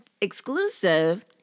exclusive